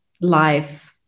life